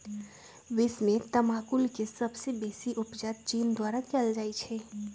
विश्व में तमाकुल के सबसे बेसी उपजा चीन द्वारा कयल जाइ छै